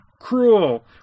cruel